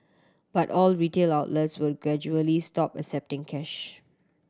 but all retail outlets will gradually stop accepting cash